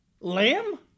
lamb